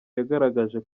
yagaragaje